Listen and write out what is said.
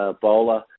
bowler